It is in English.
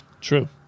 True